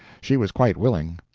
she was quite willing.